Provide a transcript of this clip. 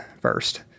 first